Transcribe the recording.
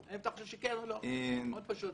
האם אתה חושב שכן או לא, זה מאוד פשוט.